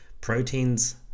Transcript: proteins